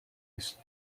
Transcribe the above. ist